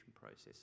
process